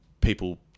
people